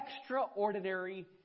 extraordinary